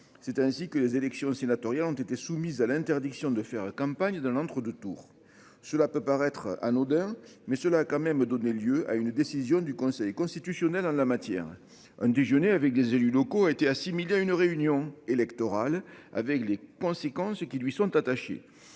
C'est ainsi que les élections sénatoriales ont été soumises à l'interdiction de faire campagne de l'entre-deux tours. Cela peut paraître anodin mais cela quand même donné lieu à une décision du Conseil constitutionnel en la matière. Un déjeuner avec des élus locaux a été assimilée à une réunion électorale avec les conséquences. Qui lui sont attachés.